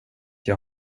jag